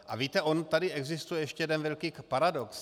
A víte, on tady existuje ještě jeden velký paradox.